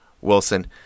Wilson